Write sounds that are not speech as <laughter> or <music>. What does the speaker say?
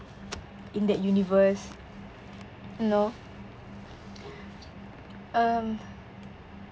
<noise> in that universe you know um